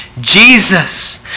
Jesus